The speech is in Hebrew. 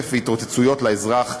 כסף והתרוצצויות לאזרח,